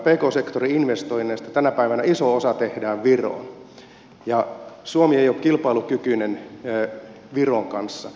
pk sektorin investoinneista tänä päivänä iso osa tehdään viroon ja suomi ei ole kilpailukykyinen viron kanssa